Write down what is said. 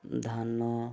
ଧାନ